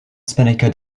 spinnaker